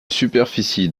superficie